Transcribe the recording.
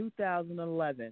2011